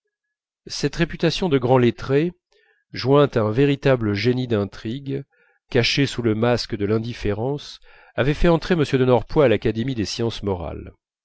cette réputation de grand lettré jointe à un véritable génie d'intrigue caché sous le masque de l'indifférence avait fait entrer m de norpois à l'académie des sciences morales